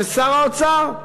ושר האוצר,